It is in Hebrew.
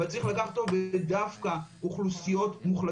אבל צריך לקחת אותו ודווקא האוכלוסיות המוחלשות